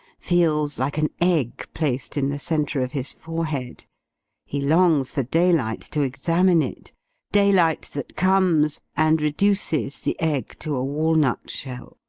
feels like an egg placed in the centre of his forehead he longs for daylight, to examine it daylight, that comes, and reduces the egg to a walnut-shell